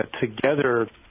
together